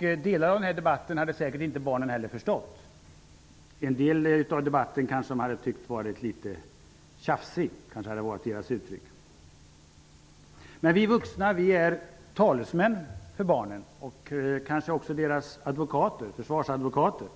här. Delar av debatten hade säkert inte heller barnen förstått. En del av debatten kanske de hade tyckt var litet tjafsig, med deras uttryck. Vi vuxna är talesmän för barnen och kanske också deras försvarsadvokater.